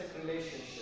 relationship